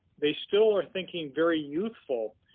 they still are thinking very youthful,